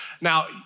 Now